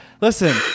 listen